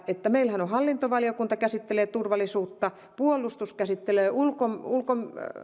että meillähän hallintovaliokunta käsittelee turvallisuutta puolustusvaliokunta käsittelee